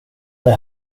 det